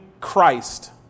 Christ